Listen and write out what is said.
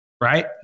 right